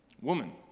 Woman